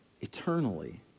eternally